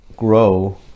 grow